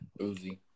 Uzi